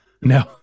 No